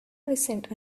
recent